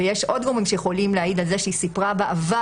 ויש עוד גורמים שיכולים להעיד על כך שהיא סיפרה בעבר,